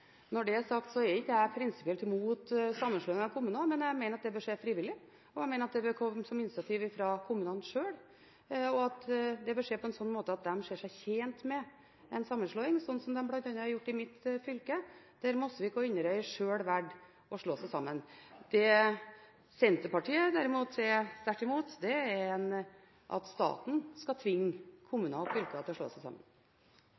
men jeg mener at det bør skje frivillig. Jeg mener at det bør komme som et initiativ fra kommunene sjøl, og det bør skje på en slik måte at de ser seg tjent med en sammenslåing, slik man bl.a. har gjort i mitt fylke, der Mosvik og Inderøy sjøl valgte å slå seg sammen. Det Senterpartiet derimot er sterkt imot, er at staten skal tvinge kommuner og fylker til å slå seg sammen.